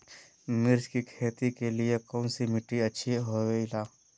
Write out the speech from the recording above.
मिर्च की खेती के लिए कौन सी मिट्टी अच्छी होईला?